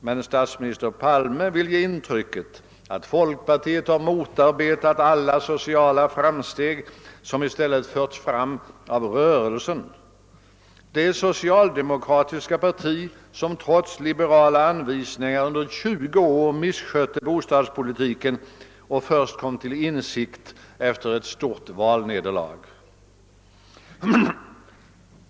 Men statsminister Palme vill ge intrycket att folkpartiet har motarbetat alla sociala framsteg, som i stället förts fram av »rörelsen«, det socialdemokratiska parti som trots liberala anvisningar under 20 år misskötte bostadspolitiken och först kom till insikt efter ett stort valnederlag.